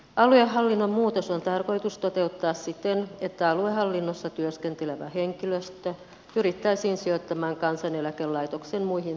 aluehallinnon muutos on tarkoitus toteuttaa siten että aluehallinnossa työskentelevä henkilöstö pyrittäisiin sijoittamaan kansaneläkelaitoksen muihin toimipisteisiin